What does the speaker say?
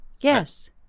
Yes